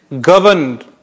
governed